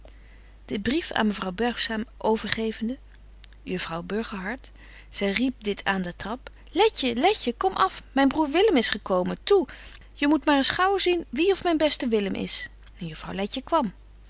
den brief aan mevrouw buigzaam overgevende juffrouw burgerhart zy riep dit aan den betje wolff en aagje deken historie van mejuffrouw sara burgerhart trap letje letje kom af myn broêr willem is gekomen toe je moet maar eens gaauw zien wie of myn beste willem is juffrouw letje kwam